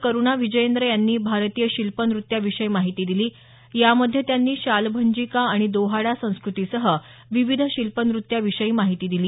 करूणा विजयेंद्र यांनी भारतीय शिल्पनृत्याविषयी माहिती दिली यामध्ये त्यांनी शालभंजिका आणि दोहाडा संस्कृतीसह विविध शिल्पनृत्या विषयी माहिती दिली